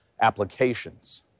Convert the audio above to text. applications